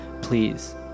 Please